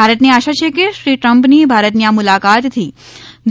ભારતને આશા છે કે શ્રી ટ્રમ્પની ભારતની આ મુલાકાતથી